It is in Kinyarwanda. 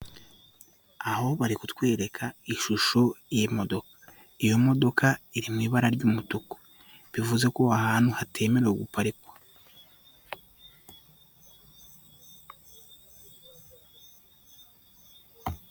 Aho bari kutwereka ishusho y'imodoka, iyo modoka iri mu ibara ry'umutuku, bivuze ko aha hantu hatemerewe guparikwa.